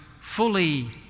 fully